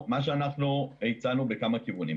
אני אומר מה הצענו בכמה כיוונים.